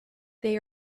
they